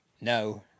No